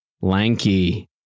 Lanky